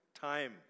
time